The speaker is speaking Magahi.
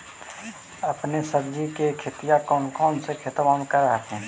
अपने सब्जिया के खेतिया कौन सा खेतबा मे कर हखिन?